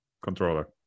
controller